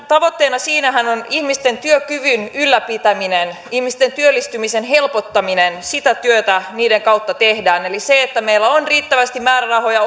tavoitteena on ihmisten työkyvyn ylläpitäminen ihmisten työllistymisen helpottaminen sitä työtä niiden kautta tehdään eli meillä tulisi olla riittävästi määrärahoja